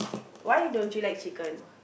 why don't you like chicken